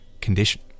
condition